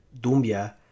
Dumbia